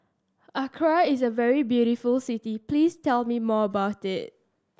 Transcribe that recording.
Accra is a very beautiful city please tell me more about it